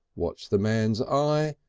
watch the man's eye,